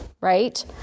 right